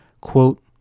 Quote